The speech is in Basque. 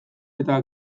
eta